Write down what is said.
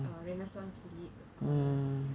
uh renaissance literature uh